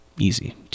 Easy